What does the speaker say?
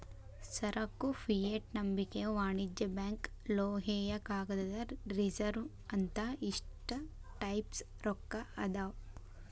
ಸರಕು ಫಿಯೆಟ್ ನಂಬಿಕೆಯ ವಾಣಿಜ್ಯ ಬ್ಯಾಂಕ್ ಲೋಹೇಯ ಕಾಗದದ ರಿಸರ್ವ್ ಅಂತ ಇಷ್ಟ ಟೈಪ್ಸ್ ರೊಕ್ಕಾ ಅದಾವ್